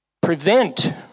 prevent